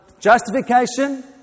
justification